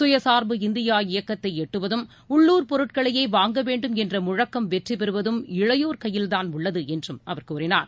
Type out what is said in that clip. சுயசார்பு இந்தியா இயக்கத்தை எட்டுவதும் உள்ளூர் பொருட்களையே வாங்க வேண்டும் என்ற முழக்கம் வெற்றி பெறுவதும் இளையோர் கையில்தான் உள்ளது என்றும் அவர் கூறினார்